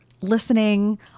listening